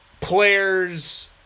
players